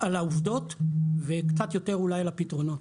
על העובדות וקצת יותר על הפתרונות.